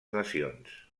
nacions